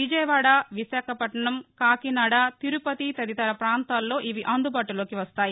విజయవాడ వివాఖపట్నం కాకినాడ తిరుపతి తదితర పాంతాల్లో ఇవి అందుబాటులోకి వస్తాయి